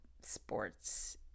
sports